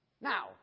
Now